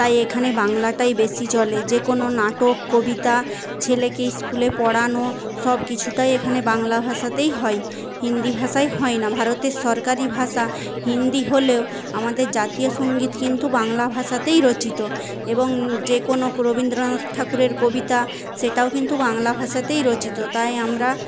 তাই এখানে বাংলাটাই বেশি চলে যে কোনো নাটক কবিতা ছেলেকে স্কুলে পড়ানো সবকিছুটা এখানে বাংলা ভাষাতেই হয় হিন্দি ভাষায় হয় না ভারতের সরকারি ভাষা হিন্দি হলেও আমাদের জাতীয় সঙ্গীত কিন্তু বাংলা ভাষাতেই রচিত এবং যে কোনো রবীন্দ্রনাথ ঠাকুরের কবিতা সেটাও কিন্তু বাংলা ভাষাতেই রচিত তাই আমরা